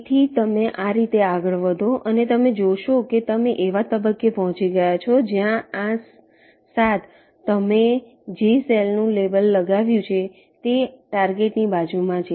તેથી તમે આ રીતે આગળ વધો અને તમે જોશો કે તમે એવા તબક્કે પહોંચી ગયા છો જ્યાં આ 7 તમે જે સેલનું લેબલ લગાવ્યું છે તેટાર્ગેટ ની બાજુમાં છે